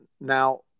now